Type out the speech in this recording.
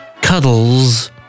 Cuddles